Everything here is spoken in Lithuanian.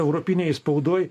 europinėj spaudoj